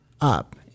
up